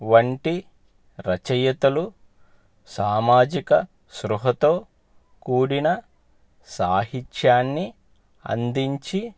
వంటి రచయితలు సామాజిక సృహతో కూడిన సాహిత్యాన్ని అందించి